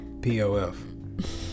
P-O-F